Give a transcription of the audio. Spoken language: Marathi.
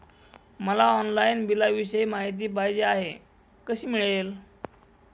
मला ऑनलाईन बिलाविषयी माहिती पाहिजे आहे, कशी मिळेल?